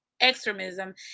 extremism